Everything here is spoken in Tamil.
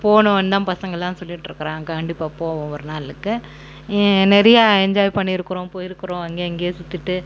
போகணுந்தான் பசங்களாம் சொல்லிட்டுருக்குறாங்கள் கண்டிப்பாக போவோம் ஒரு நாளுக்கு நிறையா என்ஜாய் பண்ணிருக்கிறோம் போயிருக்கிறோம் அங்கே இங்கே சுற்றிட்டு